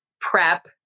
prep